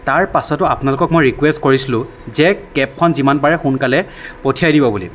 তাৰ পাছতো আপোনালোকক মই ৰিকুৱেষ্ট কৰিছিলোঁ যে কেবখন যিমান পাৰে সোনকালে পঠিয়াই দিব বুলি